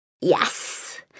Yes